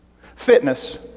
fitness